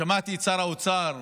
שמעתי את שר האוצר,